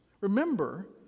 Remember